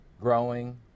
growing